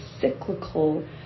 cyclical